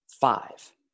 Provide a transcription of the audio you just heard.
Five